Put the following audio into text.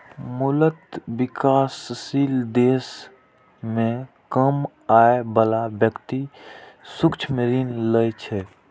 मूलतः विकासशील देश मे कम आय बला व्यक्ति सूक्ष्म ऋण लै छै